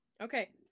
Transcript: Okay